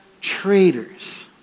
traitors